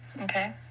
Okay